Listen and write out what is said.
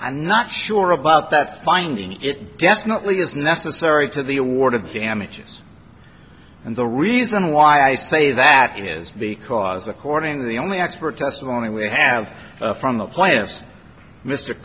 i'm not sure about that finding it definitely is necessary to the award of the damages and the reason why i say that is because according the only expert testimony we have from the players mr